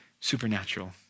supernatural